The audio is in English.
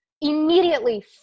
immediately